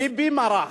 ביבי מרח,